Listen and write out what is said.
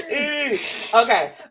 okay